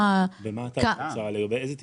תהליכי פשרה לגבי איזה תיקים?